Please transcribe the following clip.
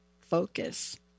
focus